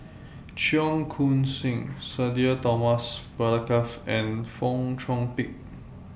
Cheong Koon Seng Sudhir Thomas Vadaketh and Fong Chong Pik